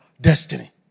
destiny